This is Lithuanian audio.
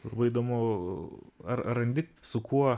labai įdomu ar randi su kuo